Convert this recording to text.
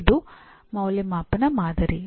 ಇದು ಅಂದಾಜುವಿಕೆಯ ಮಾದರಿ